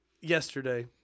yesterday